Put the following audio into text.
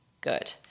Good